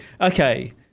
okay